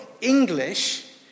English